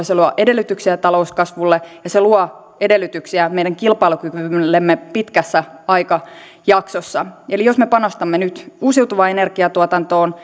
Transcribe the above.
se luo edellytyksiä talouskasvulle ja se luo edellytyksiä meidän kilpailukyvyllemme pitkässä aikajaksossa eli jos me panostamme nyt uusiutuvaan energiantuotantoon